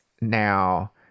now